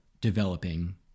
developing